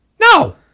No